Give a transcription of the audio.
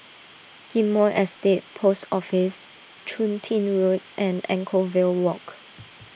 Ghim Moh Estate Post Office Chun Tin Road and Anchorvale Walk